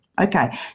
okay